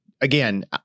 again